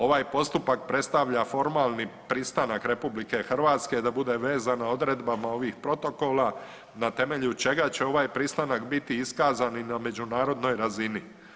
Ovaj postupak predstavlja formalni pristanak RH da bude vezan odredbama ovih protokola na temelju čega će ovaj pristanak biti iskazan i na međunarodnoj razini.